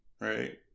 Right